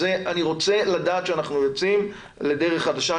אני רוצה לדעת שאנחנו יוצאים לדרך חדשה,